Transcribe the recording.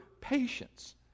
patience